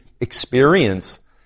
experience